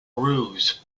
ruse